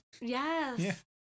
yes